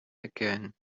again